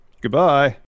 Goodbye